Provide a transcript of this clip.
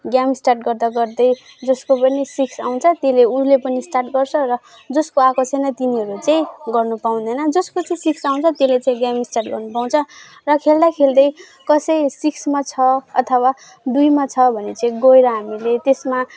game start गर्दा गर्दै जसको पनि सिक्स आउँछ त्यसले उसले पनि स्टार्ट गर्छ र जसको आएको छैन तिनीहरूले चाहिँ गर्नु पाउँदैन जसको चाहिँ सिक्स आउँछ त्यसले चाहिँ गेम स्टार्ट गर्न पाउँछ र खेल्दा खेल्दै कसै सिक्समा छ अथवा दुईमा छ भने चाहिँ गएर हामीले त्यसमा